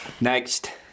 Next